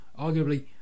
arguably